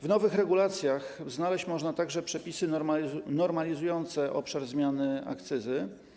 W nowych regulacjach znaleźć można także przepisy normalizujące obszar zmiany akcyzy.